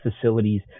facilities